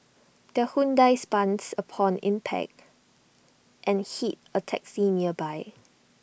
the Hyundai spuns upon impact and hit A taxi nearby